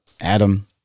Adam